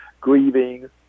grieving